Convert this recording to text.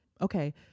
Okay